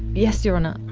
yes, your honour.